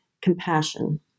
compassion